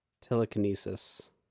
telekinesis